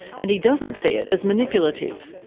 and he doesn't see it as manipulative.